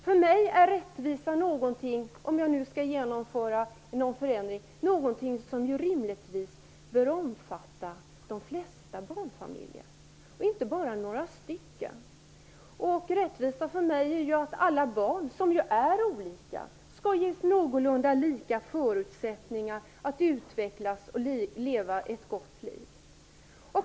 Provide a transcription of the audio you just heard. För mig är rättvisa - om jag skall genomföra en förändring - någonting som rimligtvis omfattar de flesta barnfamiljer, inte bara några stycken. Rättvisa för mig är att alla barn, som ju är olika, skall ges någorlunda lika förutsättningar att utvecklas och leva ett gott liv.